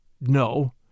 no